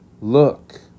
Look